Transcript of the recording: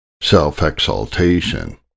self-exaltation